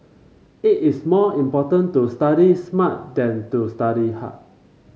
it is more important to study smart than to study hard